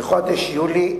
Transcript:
בחודש יולי,